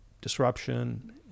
disruption